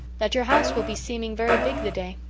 that your house will be seeming very big the day.